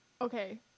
okay